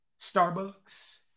Starbucks